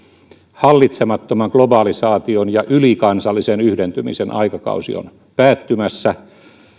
hallitsemattoman globalisaation ja ylikansallisen yhdentymisen aikakausi on päättymässä